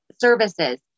services